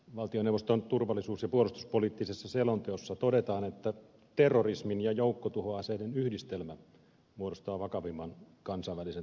valtioneuvoston turvallisuus ja puolustuspoliittisessa selonteossa todetaan että terrorismin ja joukkotuhoaseiden yhdistelmä muodostaa vakavimman kansainvälisen turvallisuusuhkan